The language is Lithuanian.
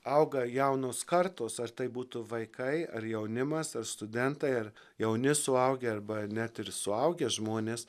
auga jaunos kartos ar tai būtų vaikai ar jaunimas ar studentai ar jauni suaugę arba net ir suaugę žmonės